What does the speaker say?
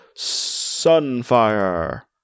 Sunfire